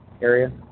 area